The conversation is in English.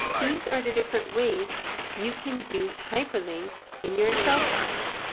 these are the different ways you can use hyperlinks in your excel files.